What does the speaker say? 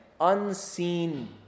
unseen